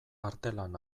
artelan